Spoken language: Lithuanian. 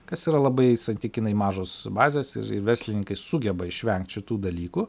kas yra labai santykinai mažos bazės ir ir verslininkai sugeba išvengt šitų dalykų